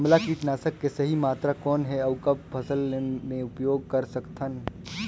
हमला कीटनाशक के सही मात्रा कौन हे अउ कब फसल मे उपयोग कर सकत हन?